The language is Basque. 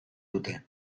dute